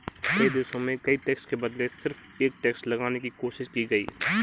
कई देशों में कई टैक्स के बदले सिर्फ एक टैक्स लगाने की कोशिश की गयी